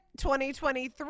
2023